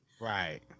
Right